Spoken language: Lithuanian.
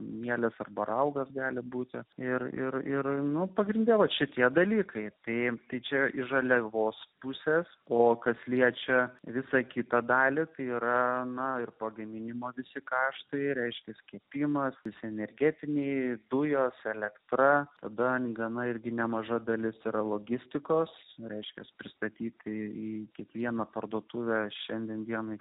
mielės arba raugas gali būti ir ir ir nu pagrinde va šitie dalykai tai tyčia iš žaliavos pusės o kas liečia visą kitą dalį yra nuo pagaminimo visi karštai reiškėsi kirpimasis energetinėje dujos elektra dar gana irgi nemaža dalis yra logistikos reiškiasi pristatyti į kiekvieną parduotuvę šiandien